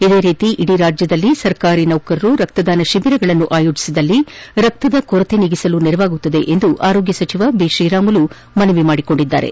ಇದೇ ರೀತಿ ಇಡೀ ರಾಜ್ಯದಲ್ಲಿ ಸರ್ಕಾರಿ ನೌಕರರು ರಕ್ತದಾನ ಶಬಿರಗಳನ್ನು ಆಯೋಜಿಸಿದರೆ ರಕ್ತದ ಕೊರತೆ ನೀಗಿಸಲು ನೆರವಾಗುತ್ತದೆಯೆಂದು ಆರೋಗ್ಯ ಸಚಿವ ಬಿಶ್ರೀರಾಮುಲು ಮನವಿ ಮಾಡಿದ್ದಾರೆ